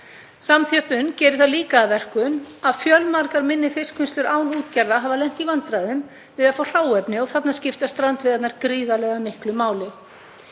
Samþjöppun gerir það líka að verkum að fjölmargar minni fiskvinnslur án útgerða hafa lent í vandræðum með að fá hráefni. Þarna skipta strandveiðarnar gríðarlega miklu máli,